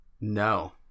No